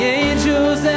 angels